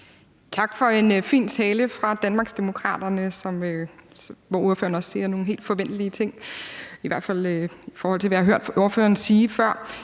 Tak for en fin tale fra Danmarksdemokraternes side, hvor ordføreren også siger nogle helt forventelige ting, i hvert fald i forhold til hvad jeg har hørt ordføreren sige før.